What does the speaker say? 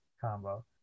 combo